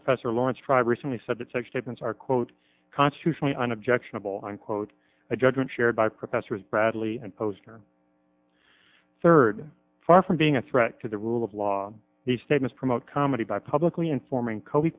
professor lawrence tribe recently said that sex tapes are quote constitutionally unobjectionable unquote a judgment shared by professors bradley and posner third far from being a threat to the rule of law the state must promote comedy by publicly informing